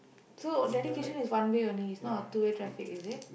so dedication is one way only is not a two way traffic is it